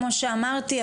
כמו שאמרתי,